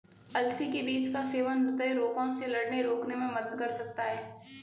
अलसी के बीज का सेवन हृदय रोगों से लड़ने रोकने में मदद कर सकता है